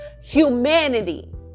humanity